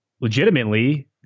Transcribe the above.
legitimately